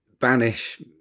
banish